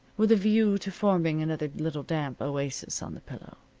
with a view to forming another little damp oasis on the pillow.